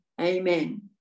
amen